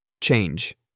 Change